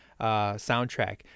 soundtrack